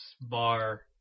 Bar